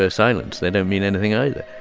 ah silence. they don't mean anything either.